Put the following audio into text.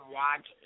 watch